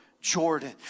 jordan